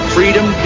Freedom